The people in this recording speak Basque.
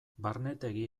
barnetegi